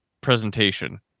presentation